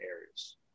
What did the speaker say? areas